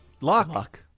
lock